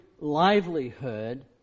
livelihood